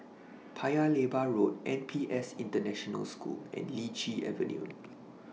Paya Lebar Road N P S International School and Lichi Avenue